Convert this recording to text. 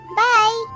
bye